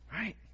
right